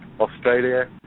Australia